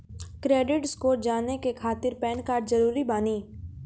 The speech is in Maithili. क्रेडिट स्कोर जाने के खातिर पैन कार्ड जरूरी बानी?